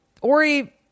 ori